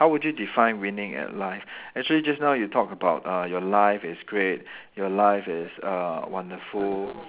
how would you define winning at life actually just now you talk about uh your life is great your life is uh wonderful